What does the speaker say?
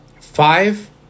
Five